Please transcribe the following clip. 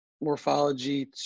morphology